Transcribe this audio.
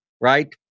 right